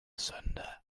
sünde